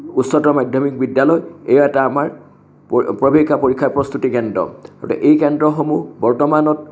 উচ্চতৰ মাধ্যমিক বিদ্যালয় এই এটা আমাৰ প্ৰ প্ৰৱেশিকা পৰীক্ষাৰ প্ৰস্তুতি কেন্দ্ৰ গতিকে এই কেন্দ্ৰসমূহ বৰ্তমানত